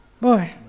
Boy